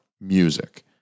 music